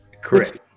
correct